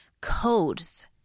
codes